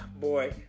Boy